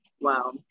wow